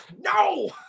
no